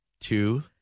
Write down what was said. two